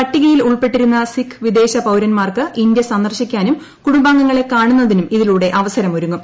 പട്ടികയിൽ ഉൾപ്പെട്ടിരുന്ന സിഖ് വിദേശ പൌരന്മാർക്ക് ഇന്ത്യ സന്ദർശിക്കാനും കുടുംബാംഗങ്ങളെ കാണുന്നതിനും ഇതിലൂടെ അവസരമൊരുങ്ങും